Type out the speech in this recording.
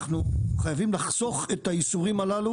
אנחנו חייבים לחסוך את האיסורים הללו